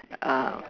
uh